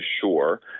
sure